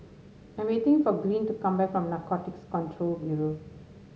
I'm waiting for Greene to come back from Narcotics Control Bureau